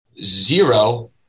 zero